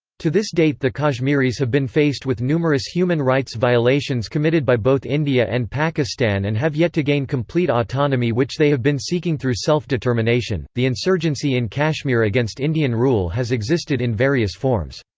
to this date the kashmiris have been faced with numerous human rights violations committed by both india and pakistan and have yet to gain complete autonomy which they have been seeking through self-determination the insurgency in kashmir against indian rule has existed in various forms.